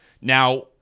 Now